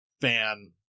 fan